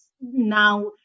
now